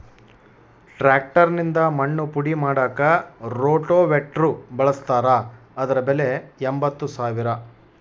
tractor ನಿಂದ ಮಣ್ಣು ಪುಡಿ ಮಾಡಾಕ ರೋಟೋವೇಟ್ರು ಬಳಸ್ತಾರ ಅದರ ಬೆಲೆ ಎಂಬತ್ತು ಸಾವಿರ